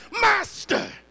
Master